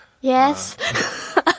Yes